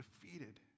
defeated